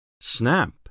Snap